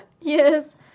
Yes